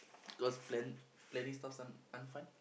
cause plan planning stuffs aren't aren't fun